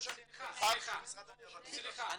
--- סליחה,